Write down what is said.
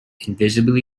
invisible